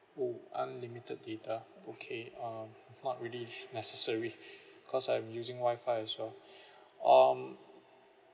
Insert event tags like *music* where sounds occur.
oh unlimited data okay um not really if necessary because I'm using Wi-Fi as well *breath* um